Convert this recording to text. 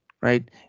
right